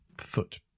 foot